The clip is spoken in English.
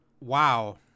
wow